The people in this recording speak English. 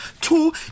Two